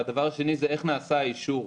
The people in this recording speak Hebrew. והדבר השני הוא איך נעשה האישור.